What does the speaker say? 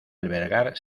albergar